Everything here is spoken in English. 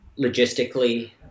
logistically